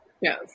Yes